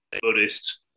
Buddhist